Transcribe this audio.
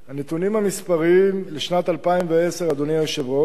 הנתונים המספריים לשנת 2010, אדוני היושב-ראש,